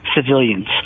civilians